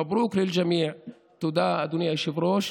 מברוכ לכולם.) תודה, אדוני היושב-ראש.